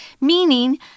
meaning